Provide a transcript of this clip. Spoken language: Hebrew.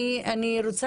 אני רוצה